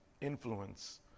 Influence